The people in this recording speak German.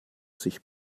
sich